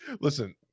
listen